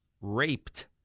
raped